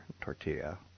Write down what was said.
tortilla